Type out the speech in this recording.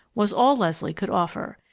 was all leslie could offer.